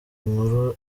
inkuru